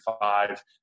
five